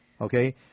okay